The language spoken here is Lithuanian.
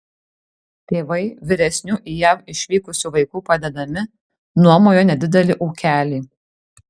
tėvai vyresnių į jav išvykusių vaikų padedami nuomojo nedidelį ūkelį